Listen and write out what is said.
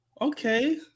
Okay